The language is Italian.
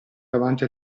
davanti